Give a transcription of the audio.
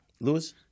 Lewis